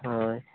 ᱦᱳᱭ